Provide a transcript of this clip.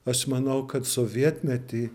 aš manau kad sovietmety